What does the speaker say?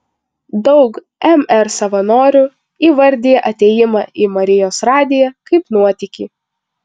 daug mr savanorių įvardija atėjimą į marijos radiją kaip nuotykį